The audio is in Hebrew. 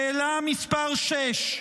שאלה מס' 6: